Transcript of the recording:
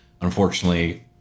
Unfortunately